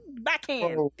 Backhand